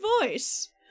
voice